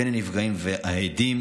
בין הנפגעים והעדים